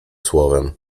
słowem